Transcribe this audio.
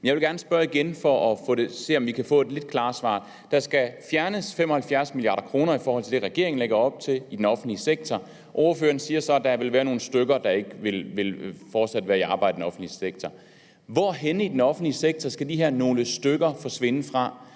Jeg vil gerne spørge igen for at se, om vi kan få et lidt klarere svar. Der skal fjernes 75 mia. kr. i forhold til det, regeringen lægger op til, i den offentlige sektor, og ordføreren siger så, at der vil være nogle stykker, der ikke fortsat vil være i arbejde i den offentlige sektor. Hvor i den offentlige sektor skal de her »nogle stykker« forsvinde fra?